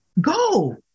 go